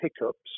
hiccups